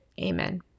Amen